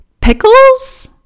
pickles